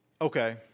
Okay